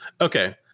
Okay